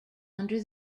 under